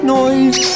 noise